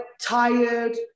tired